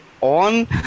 On